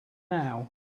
now